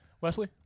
Wesley